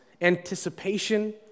anticipation